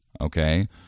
okay